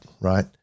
right